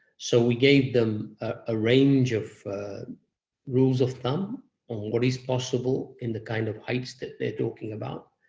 so we gave them a range of rules of thumb on what is possible in the kind of heights that they're talking about.